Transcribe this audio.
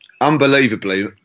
Unbelievably